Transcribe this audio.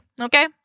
okay